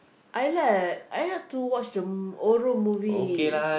I like I like to watch the horror movie